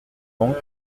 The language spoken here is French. donc